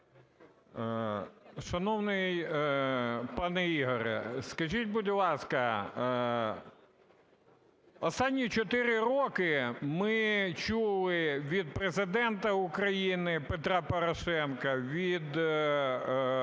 Шановний пане Ігоре, скажіть, будь ласка, останні 4 роки ми чули від Президента України Петра Порошенка, від